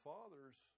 Father's